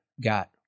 got